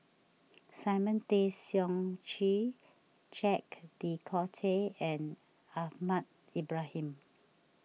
Simon Tay Seong Chee Jacques De Coutre and Ahmad Ibrahim